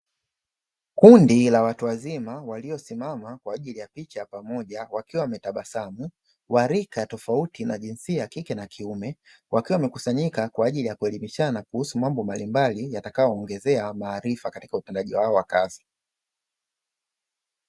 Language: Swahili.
Kundi la watu wazima waliosimama kwa ajili ya picha ya pamoja wakiwa wametabasamu, wa rika tofauti na jinsia ya kike na kiume. Wakiwa wamekusanyika kwa ajili ya kuelimishana kuhusu mambo mbalimbali yatakayoongezea maarifa katika ufugaji wao wa kazi.